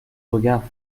regards